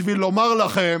בשביל לומר לכם